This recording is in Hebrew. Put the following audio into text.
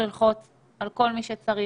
ללחוץ על כל מי שצריך.